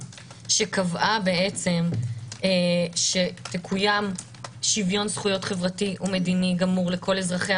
שקבעה שיקויים שוויון זכויות חברתי ומדיני גמור לכל אזרחיה,